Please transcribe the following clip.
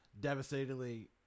devastatingly